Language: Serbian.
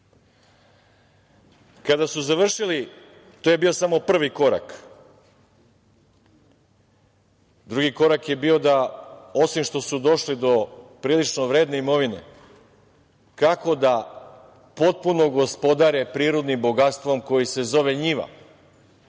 su završili, to je bio samo prvi korak. Drugi korak je bio da, osim što su došli do prilično vredne imovine, kako da potpuno gospodare prirodnim bogatstvom koji se zove njiva